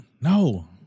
No